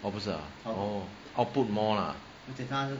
orh 不是 ah output more lah